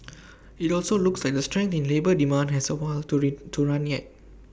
IT also looks like the strength in labour demand has A while to re to run yet